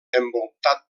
envoltat